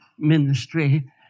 ministry